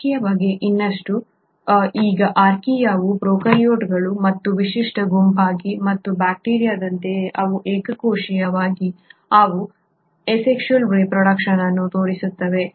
archaea ಬಗ್ಗೆ ಇನ್ನಷ್ಟು ಈಗ ಆರ್ಕಿಯಾವು ಪ್ರೊಕಾರ್ಯೋಟ್ಗಳ ಮತ್ತೊಂದು ವಿಶಿಷ್ಟ ಗುಂಪಾಗಿದೆ ಮತ್ತು ಬ್ಯಾಕ್ಟೀರಿಯಾದಂತೆಯೇ ಅವು ಏಕಕೋಶೀಯವಾಗಿವೆ ಅವು ಅಸೆಕ್ಷುಯಲ್ ರೆಪ್ರೊಡ್ಯೂಕ್ಷನ್ ಅನ್ನು ತೋರಿಸುತ್ತವೆ